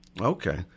Okay